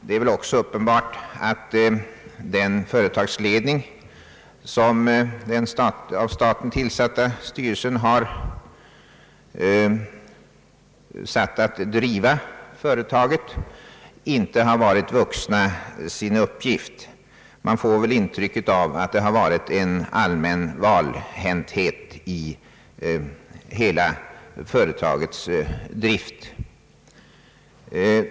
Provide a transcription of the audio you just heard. Det är väl också uppenbart att den företagsledning som den av staten tillsatta styrelsen har satt att driva verksamheten inte har varit sin uppgift vuxen. Man får intrycket att det har varit en allmän valhänthet i hela företagets drift.